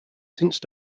since